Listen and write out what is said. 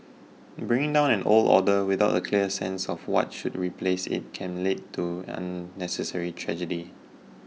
bringing down an old order without a clear sense of what should replace it can lead to unnecessary tragedy